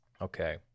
Okay